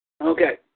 Okay